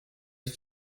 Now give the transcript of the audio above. did